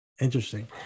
Interesting